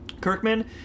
Kirkman